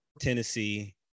Tennessee